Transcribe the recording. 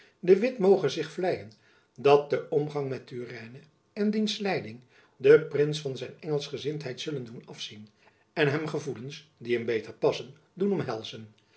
de witt moge zich vleien dat de omgang met turenne en diens leiding den prins van zijn engelsgezindheid zullen doen afzien en hem gevoelens die hem beter passen doen omhelzen